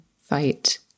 fight